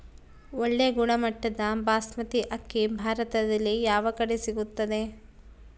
ಒಳ್ಳೆ ಗುಣಮಟ್ಟದ ಬಾಸ್ಮತಿ ಅಕ್ಕಿ ಭಾರತದಲ್ಲಿ ಯಾವ ಕಡೆ ಸಿಗುತ್ತದೆ?